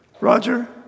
Roger